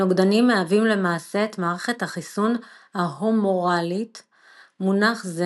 הנוגדנים מהווים למעשה את מערכת החיסון ההומוראלית; מונח זה,